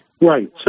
Right